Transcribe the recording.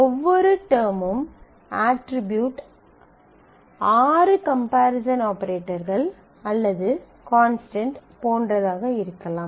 ஒவ்வொரு டெர்மும் அட்ரிபியூட் ஆறு கம்ஃப்பரீசன் ஆபரேட்டர்கள் அல்லது கான்ஸ்டன்ட் போன்றதாக இருக்கலாம்